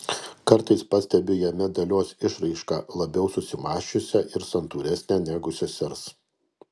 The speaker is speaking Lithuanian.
kartais pastebiu jame dalios išraišką labiau susimąsčiusią ir santūresnę negu sesers